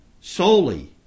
solely